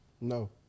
No